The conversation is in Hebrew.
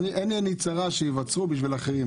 אין עיני צרה שייווצרו בשביל אחרים,